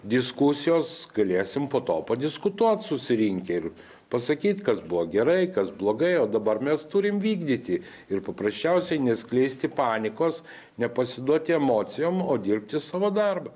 diskusijos galėsim po to padiskutuot susirinkę ir pasakyt kas buvo gerai kas blogai o dabar mes turim vykdyti ir paprasčiausiai neskleisti panikos nepasiduoti emocijom o dirbti savo darbą